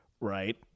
right